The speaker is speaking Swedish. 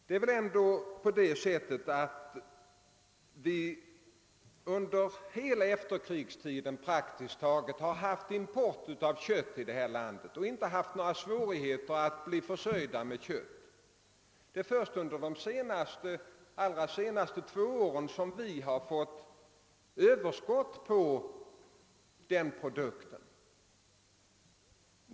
Det är väl ändå på det sättet att vi under praktiskt taget hela efterkrigstiden importerat kött och inte haft några svårigheter att bli försörjda med kött. Det är först under de senaste två åren som vi fått överskott på den produkten.